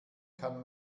kann